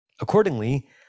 Accordingly